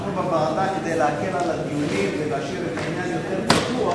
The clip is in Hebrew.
כדי להקל על הדיונים ולהשאיר את העניין יותר פתוח,